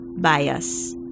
bias